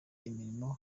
imirimo